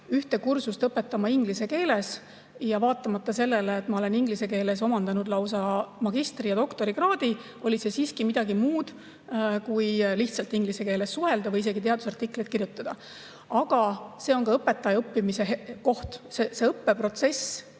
ühte kursust inglise keeles. Vaatamata sellele, et ma olen inglise keeles omandanud lausa magistri‑ ja doktorikraadi, oli [õpetamine] siiski midagi muud kui lihtsalt inglise keeles suhelda või isegi teadusartikleid kirjutada. Aga see on õpetaja õppimise koht. See muutusega